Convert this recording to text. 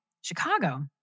Chicago